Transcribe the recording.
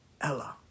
Ella